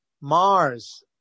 Mars